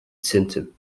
symptom